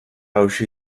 hauxe